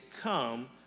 come